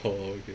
oh okay